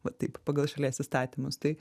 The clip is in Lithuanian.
va taip pagal šalies įstatymus tai